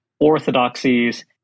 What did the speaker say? orthodoxies